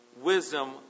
wisdom